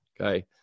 okay